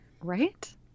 right